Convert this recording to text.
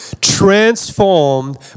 Transformed